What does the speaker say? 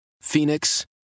Phoenix